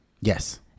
Yes